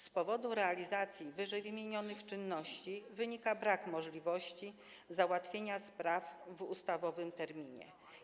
Z powodu realizacji ww. czynności brak jest możliwości załatwienia spraw w ustawowym terminie.